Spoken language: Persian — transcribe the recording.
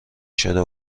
شده